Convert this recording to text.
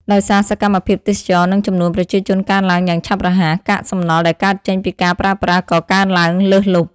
ដោយសារសកម្មភាពទេសចរណ៍ និងចំនួនប្រជាជនកើនឡើងយ៉ាងឆាប់រហ័ស កាកសំណល់ដែលកើតចេញពីការប្រើប្រាស់ក៏កើនឡើងលើសលប់។